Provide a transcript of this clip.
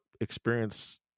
experience